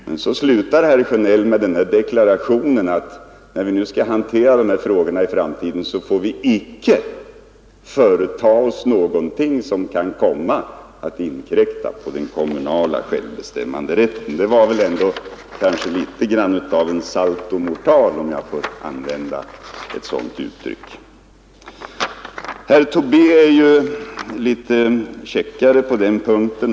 Men så slutade herr Sjönell med deklarationen att när vi skall hantera dessa frågor i framtiden får vi icke företa oss någonting som kan komma att inkräkta på den kommunala självbestämmanderätten. Det var väl ändå något av en saltomortal, om jag får använda ett sådant uttryck. Herr Tobé är litet käckare på den punkten.